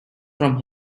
from